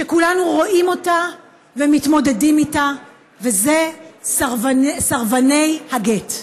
שכולנו רואים אותה ומתמודדים איתה, וזה סרבני הגט.